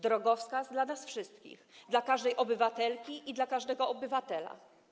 Drogowskaz dla nas wszystkich, dla każdej obywatelki i dla każdego obywatela.